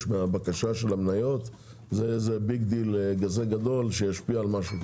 מהבקשה של המניות זה ביג דיל שישפיע על משהו.